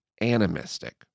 animistic